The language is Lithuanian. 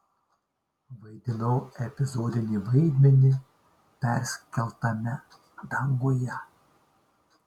vaidinau epizodinį vaidmenį perskeltame danguje